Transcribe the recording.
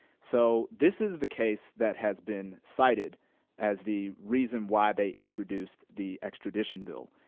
so this is the case that has been cited as the reason why they introduced the extradition bill.